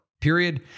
Period